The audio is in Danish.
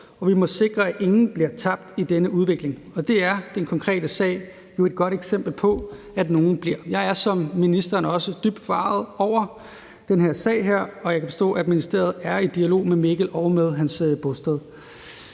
og vi må sikre, at ingen bliver tabt i denne udvikling. Det er den konkrete sag jo et godt eksempel på at nogen bliver. Jeg er som ministeren også dybt forarget over den her sag, og jeg kan forstå, at ministeriet er i dialog med Mikkel og med hans bosted.